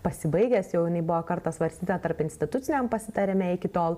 pasibaigęs jau jinai buvo kartą svarstyta tarpinstituciniam pasitarime iki tol